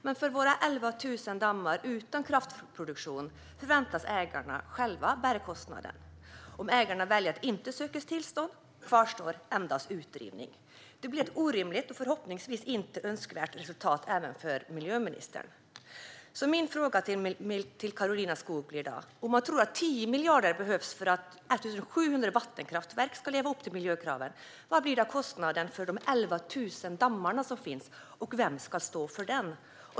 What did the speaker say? Men för våra 11 000 dammar utan kraftproduktion förväntas ägarna själva bära kostnaden. Om ägarna väljer att inte söka tillstånd kvarstår endast utrivning. Det blir ett orimligt och förhoppningsvis även för miljöministern ett inte önskvärt resultat. Om man tror att 10 miljarder behövs för att 1 700 vattenkraftverk ska leva upp till miljökraven, vad blir kostnaden för de 11 000 dammarna och vem ska stå för den?